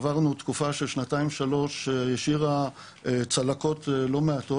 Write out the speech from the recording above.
עברנו תקופה של שנתיים-שלוש שהשאירה צלקות לא מעטות.